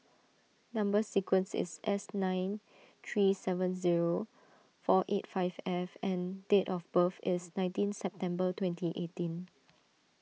Number Sequence is S nine three seven zero four eight five F and date of birth is nineteen September twenty eighteen